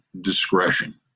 discretion